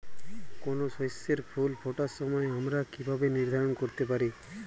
কোনো শস্যের ফুল ফোটার সময় আমরা কীভাবে নির্ধারন করতে পারি?